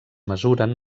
mesuren